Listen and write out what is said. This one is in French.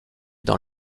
dans